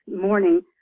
morning